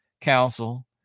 council